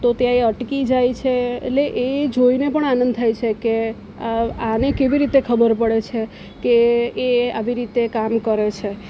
તો ત્યાં એ અટકી જાય છે તો એટલે એ જોઈને પણ આનંદ થાય છે કે આને કેવી રીતે ખબર પડે છે એ કે આ આવી રીતે કામ કરે છે